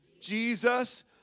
Jesus